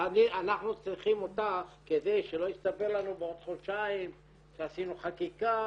אנחנו צריכים אותך כדי שלא יסתבר לנו בעוד חודשיים שעשינו חקיקה,